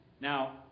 Now